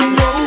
no